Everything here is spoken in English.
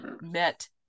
met